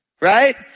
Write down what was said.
right